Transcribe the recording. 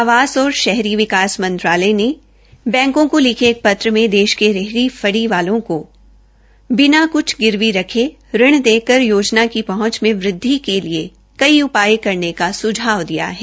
आवास और शहरी विकास मंत्रालय ने बैंकों को लिखे एक पत्र में देश के रेहड़ी फड़ी वालों को बिना कुछ गिरवी रखे ऋण देकर योजना की पहंच में वृत्रि के लिए कई उपाय करने का सुझाव दिया है